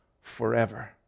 forever